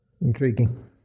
intriguing